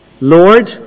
Lord